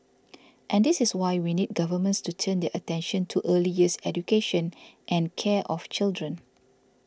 and this is why we need governments to turn their attention to early years education and care of children